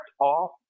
off